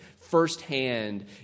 firsthand